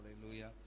hallelujah